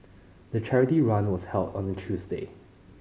the charity run was held on a Tuesday